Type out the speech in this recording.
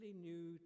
new